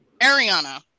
Ariana